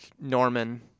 Norman